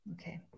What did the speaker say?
Okay